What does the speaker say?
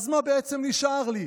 "אז מה בעצם נשאר לי?